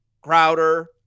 Crowder